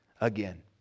again